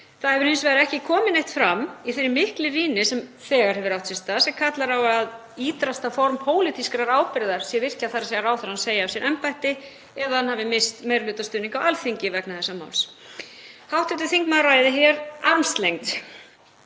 Það hefur hins vegar ekki komið neitt fram í þeirri miklu rýni sem þegar hefur átt sér stað sem kallar á að ýtrasta form pólitískrar ábyrgðar sé virkjað, þ.e. að ráðherrann segi af sér embætti eða hann hafi misst meirihlutastuðning á Alþingi vegna þessa máls. Hv. þingmaður ræðir hér armslengd.